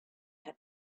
had